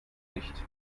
nicht